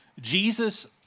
Jesus